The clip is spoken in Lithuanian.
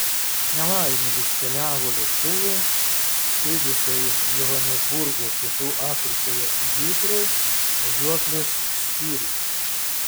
nelaimėlis keliavo lėktuvo skridusio iš johanesburgo pietų afrikoje į hitrou važiuoklės skyriuje